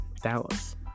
Dallas